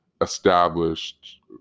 established